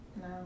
No